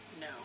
No